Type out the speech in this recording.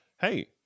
Hey